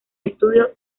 estudio